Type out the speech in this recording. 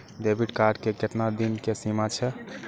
Debit card के केतना दिन के सीमा छै?